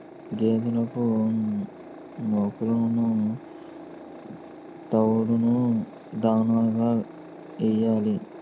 గేదెలకు నూకలును తవుడును దాణాగా యియ్యాలి